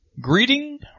Greeting